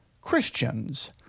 Christians